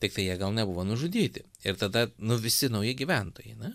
tiktai jie gal nebuvo nužudyti ir tada nu visi nauji gyventojai na